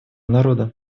народа